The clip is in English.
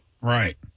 Right